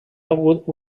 hagut